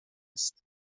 است